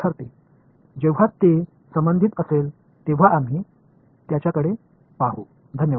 எனவே அது பொருத்தமானதாக இருக்கும்போது அவற்றைப் பார்ப்போம்